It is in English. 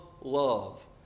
love